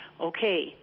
okay